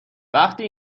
وقتی